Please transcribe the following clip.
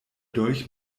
dolch